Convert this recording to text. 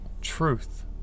truth